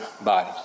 body